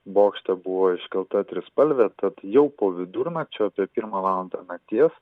bokšto buvo iškelta trispalvė tad jau po vidurnakčio apie pirmą valandą nakties